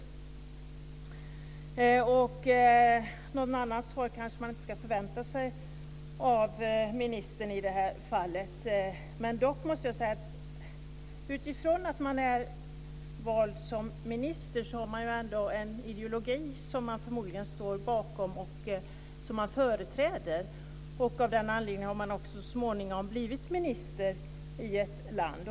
Något annat svar kanske man inte ska förvänta sig av ministern i det här fallet. Dock måste jag säga att utifrån att man är utsedd till minister har man ändå en ideologi som man förmodligen står bakom och företräder. Av den anledningen har man så småningom blivit minister i ett land.